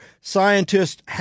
scientists